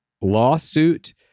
lawsuit